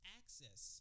access